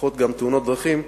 וגם פחות תאונות דרכים,